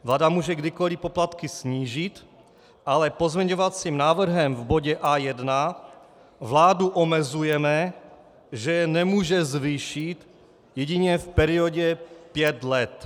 Vláda může kdykoliv poplatky snížit, ale pozměňovacím návrhem v bodě A1 vládu omezujeme, že je nemůže zvýšit, jedině v periodě pět let.